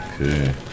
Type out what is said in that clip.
Okay